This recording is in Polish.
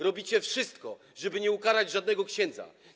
Robicie wszystko, żeby nie ukarać żadnego księdza.